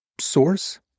source